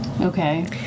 Okay